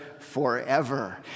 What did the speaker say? forever